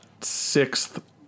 sixth